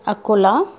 Akola